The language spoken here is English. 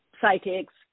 psychics